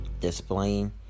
displaying